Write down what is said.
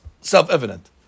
self-evident